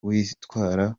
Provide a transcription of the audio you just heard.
witwara